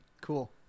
Cool